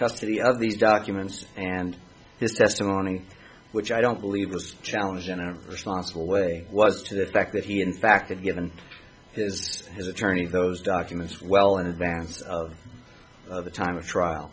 custody of these documents and his testimony which i don't believe was challenges in a responsible way was to the effect that he in fact and given this his attorney those documents well in advance of the time of trial